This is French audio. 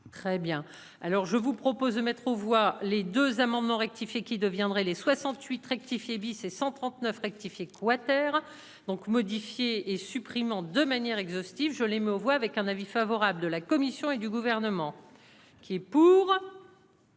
Très bien. Alors je vous propose de mettre aux voix les 2 amendements rectifiés qui deviendraient les 68 rectifié bis et 139 rectifier quater donc modifier et supprimant de manière exhaustive, je les mets aux voix avec un avis favorable de la Commission et du gouvernement. Qui est pour.